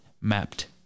mapped